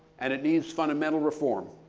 and it needs fundamental reform.